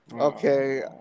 Okay